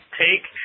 take